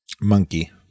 monkey